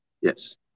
Yes